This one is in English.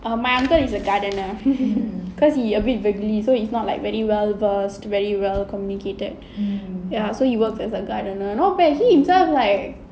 err my uncle is a gardener because he a bit so it's not like very well versed very well communicated ya so he works as a gardener no bad he himself like